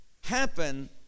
happen